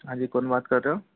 हाँ जी कौन बात कर रहे हो